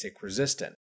resistant